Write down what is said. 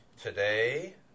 Today